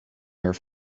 here